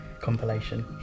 compilation